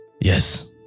yes